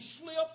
slip